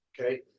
okay